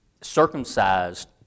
circumcised